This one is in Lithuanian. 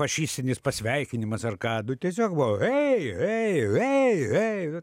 fašistinis pasveikinimas ar ką nu tiesiog va hei hei hei hei